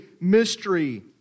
mystery